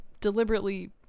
deliberately